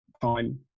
time